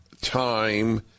time